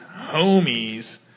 homies